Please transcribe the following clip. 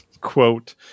quote